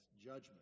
judgment